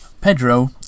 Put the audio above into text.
Pedro